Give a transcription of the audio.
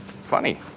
funny